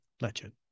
legend